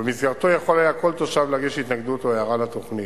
ובמסגרתו יכול היה כל תושב להגיש התנגדות או הערה לתוכנית.